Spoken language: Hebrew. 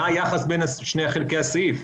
אז מה היחס בין שני חלקי הסעיף?